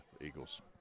Eagles